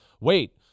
wait